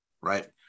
right